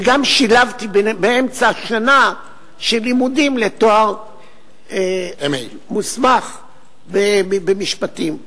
וגם שילבתי באמצע השנה לימודים לתואר מוסמך במשפטים,